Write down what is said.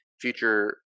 future